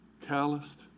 calloused